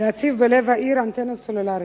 להציב בלב העיר אנטנות סלולריות.